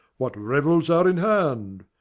what revels are in hand?